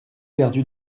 perdu